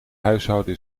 huishouden